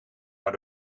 naar